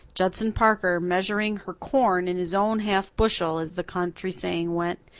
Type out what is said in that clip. judson parker, measuring her corn in his own half bushel, as the country saying went,